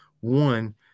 One